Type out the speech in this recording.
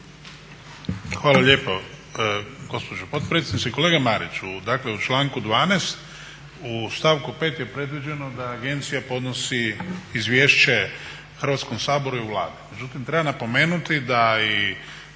Hvala lijepo gospođo potpredsjednice. Kolega Mariću, dakle u članku 12.u stavku 5.je predviđeno da agencija podnosi izvješće Hrvatskom saboru i Vladi,